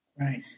Right